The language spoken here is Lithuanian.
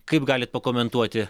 kaip galit pakomentuoti